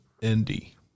Indy